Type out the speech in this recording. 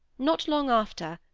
not long after,